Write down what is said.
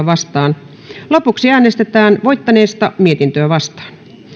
vastaan ja lopuksi voittaneesta mietintöä vastaan